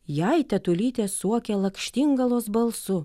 jai tetulytė suokė lakštingalos balsu